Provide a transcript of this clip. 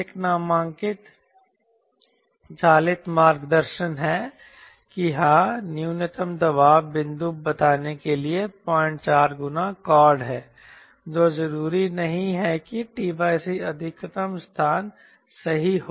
एक नामांकित चालित मार्गदर्शन है कि हाँ न्यूनतम दबाव बिंदु बताने के लिए 04 गुना कॉर्ड है जो जरूरी नहीं है कि t c अधिकतम स्थान सही हो